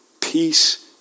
peace